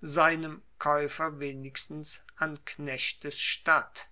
seinem kaeufer wenigstens an knechtes statt